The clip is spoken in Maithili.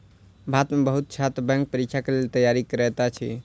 भारत में बहुत छात्र बैंक परीक्षा के लेल तैयारी करैत अछि